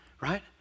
right